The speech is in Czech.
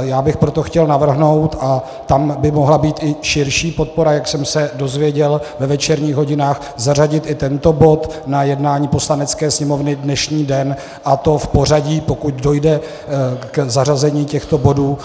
Já bych proto chtěl navrhnout a tam by mohla být i širší podpora, jak jsem se dozvěděl ve večerních hodinách zařadit i tento bod na jednání Poslanecké sněmovny dnešní den, a to v pořadí pokud dojde k zařazení těchto bodů